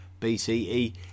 BCE